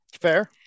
Fair